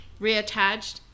reattached